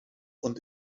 und